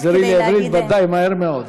תחזרי לעברית ודאי מהר מאוד.